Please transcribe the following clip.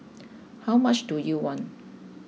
how much do you want